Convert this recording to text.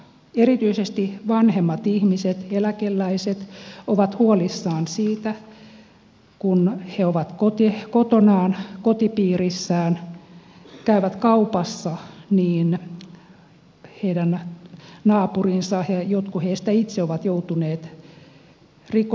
erityisesti vanhemmat ihmiset eläkeläiset ovat huolissaan siitä että kun he ovat kotonaan kotipiirissään käyvät kaupassa niin heidän naapurinsa ja jotkut heistä itse ovat joutuneet rikollisten uhreiksi